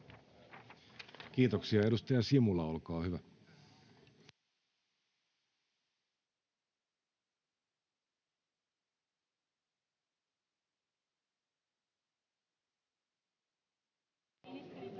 Kiitoksia. — Edustaja Kivelä, olkaa hyvä. [Speech